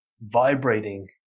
vibrating